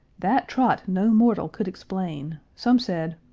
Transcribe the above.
that trot no mortal could explain some said,